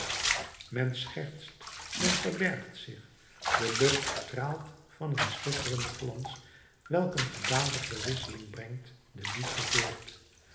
men schertst men verbergt zich de lucht straalt van een schitterenden glans welk een gedaanteverwisseling brengt de liefde voort